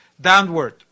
downward